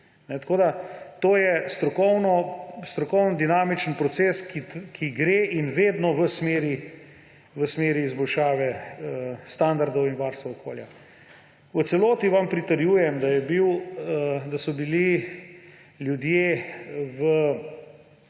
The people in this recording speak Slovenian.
To je strokoven dinamičen proces, ki gre vedno v smeri izboljšave standardov in varstva okolja. V celoti vam pritrjujem, da so bili ljudje v